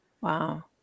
Wow